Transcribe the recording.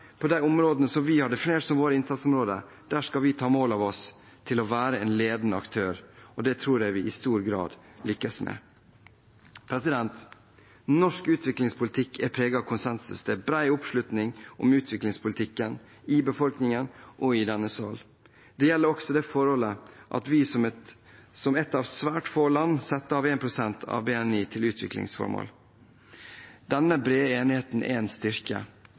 på de områdene som vi har definert som våre innsatsområder, skal vi ta mål av oss til å være en ledende aktør. Det tror jeg vi i stor grad lykkes med. Norsk utviklingspolitikk er preget av konsensus. Det er bred oppslutning om utviklingspolitikken – i befolkningen og i denne sal. Det gjelder også det forhold at vi som et av svært få land setter av 1 pst. av BNI til utviklingsformål. Denne brede enigheten er en styrke.